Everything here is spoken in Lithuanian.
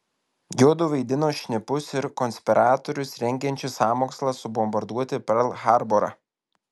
juodu vaidino šnipus ir konspiratorius rengiančius sąmokslą subombarduoti perl harborą